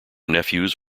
nephews